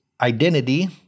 identity